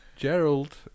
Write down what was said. gerald